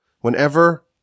Whenever